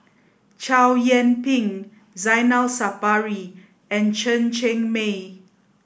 Chow Yian Ping Zainal Sapari and Chen Cheng Mei